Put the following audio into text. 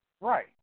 right